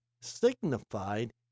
signified